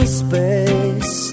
space